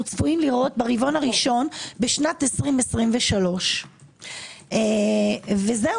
צפויים לראות ברבעון הראשון בשנת 2023. זהו.